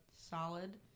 solid